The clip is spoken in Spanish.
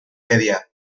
media